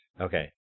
Okay